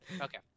okay